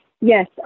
Yes